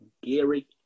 Gary